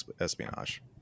espionage